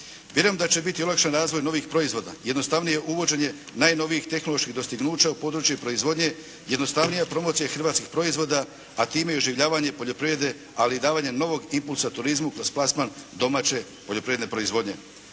Vjerujem da će biti olakšan razvoj novih proizvoda, jednostavnije uvođenje najnovijih tehnoloških dostignuća u područje proizvodnje, jednostavnija promocija hrvatskih proizvoda a time i oživljavanje poljoprivrede, ali i davanje novog impulsa turizmu kroz plasman domaće poljoprivredne proizvodnje.